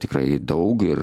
tikrai daug ir